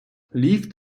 ліфт